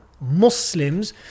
Muslims